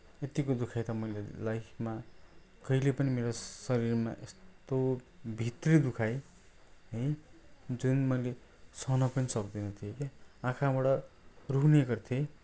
यतिको दुखाइ त मैले लाइफमा कहिल्यै पनि मेरो शरीरमा यस्तो भित्री दुखाइ है जुन मैले सहन पनि सक्दिनँ थिएँ के आँखाबाट रूने गर्थेँ